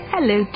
Hello